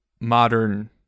modern